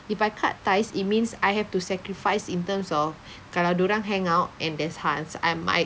if I cut ties it means I have to sacrifice in terms of kalau dia orang hang out and there's Hans I might